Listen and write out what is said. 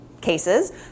cases